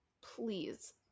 please